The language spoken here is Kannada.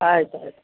ಆಯ್ತು ಆಯಿತು